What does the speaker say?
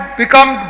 become